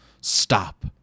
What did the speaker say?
Stop